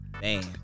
Man